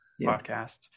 podcast